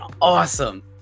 awesome